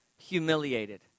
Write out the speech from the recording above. humiliated